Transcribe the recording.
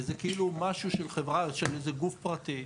וזה כאילו משהו של חברה, של איזה גוף פרטי.